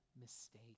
mistake